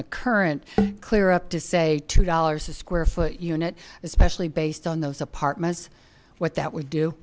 the current clear up to say two dollars a square foot unit especially based on those apartments what that would do